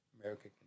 America